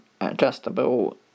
adjustable